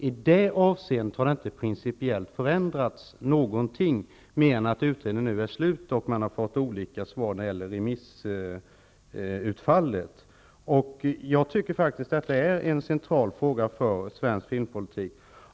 I det avseendet har det inte skett någon principiell förändring mer än att utredningen nu är slutförd och att olika remissvar har kommit in. Jag tycker faktiskt att detta är en central fråga för svensk filmpolitik.